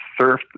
surf